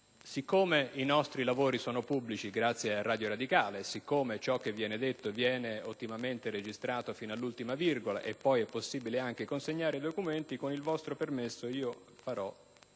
Siccome i nostri lavori sono pubblici, grazie a Radio Radicale, e siccome ciò che viene detto viene ottimamente registrato fino all'ultima virgola, e poi è anche possibile consegnare documenti, con il vostro permesso darò